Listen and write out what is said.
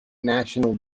national